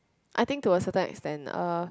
I think to a certain extent uh